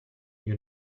you